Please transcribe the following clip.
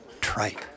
tripe